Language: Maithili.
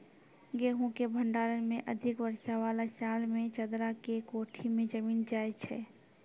गेहूँ के भंडारण मे अधिक वर्षा वाला साल मे चदरा के कोठी मे जमीन जाय छैय?